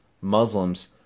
Muslims